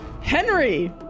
Henry